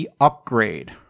upgrade